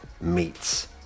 meets